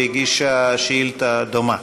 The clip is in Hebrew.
שהגישה שאילתה דומה.